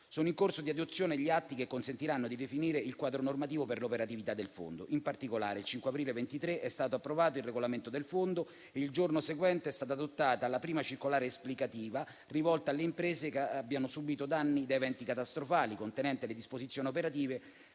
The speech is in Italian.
Sono in corso di adozione gli atti che consentiranno di definire il quadro normativo per la operatività del fondo. In particolare il 5 aprile 2023 è stato approvato il regolamento del fondo; il giorno seguente è stata adottata la prima circolare esplicativa, rivolta alle imprese che abbiano subito danni da eventi catastrofali, contenente tutte le disposizioni operative